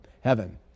heaven